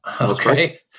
Okay